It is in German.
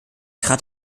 trat